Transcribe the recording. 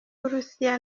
burusiya